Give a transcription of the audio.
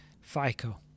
Fico